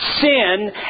sin